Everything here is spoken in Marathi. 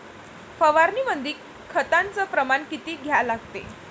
फवारनीमंदी खताचं प्रमान किती घ्या लागते?